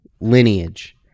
lineage